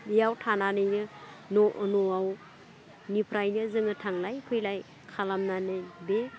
बेयाव थानानैनो न' न'वावनिफ्रायनो जोङो थांलाय फैलाय खालामनानै बे